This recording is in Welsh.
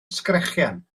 sgrechian